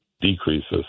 decreases